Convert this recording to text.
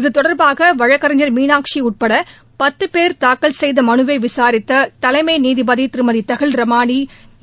இது தொடர்பாக வழக்கறிஞர் மீனாட்சி உட்பட பத்து பேர் தாக்கல் செய்த மனுவை விசாரித்த தலைமை நீதிபதி திருமதி தஹில் ரமாணி